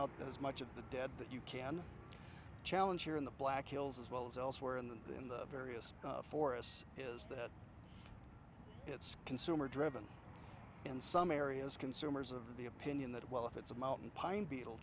out as much of the dead that you can challenge here in the black hills as well as elsewhere in the various forests is that it's consumer driven in some areas consumers of the opinion that well if it's a mountain pine beetle